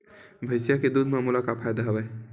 भैंसिया के दूध म मोला का फ़ायदा हवय?